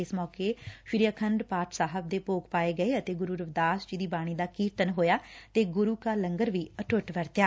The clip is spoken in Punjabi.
ਇਸ ਮੌਕੇ ਸ੍ਰੀ ਆਖੰਡ ਪਾਠ ਸਾਹਿਬ ਦੇ ਭੋਗ ਪਾਏ ਗਏ ਅਤੇ ਗੁਰੁ ਰਵੀਦਾਸ ਜੀ ਦੀ ਬਾਣੀ ਦਾ ਕੀਰਤਨ ਹੋਇਆ ਤੇ ਗੁਰੁ ਕਾ ਲੰਗਰ ਵੀ ਅਟੁੱਟ ਵਰਤਿਆ